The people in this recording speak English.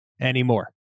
anymore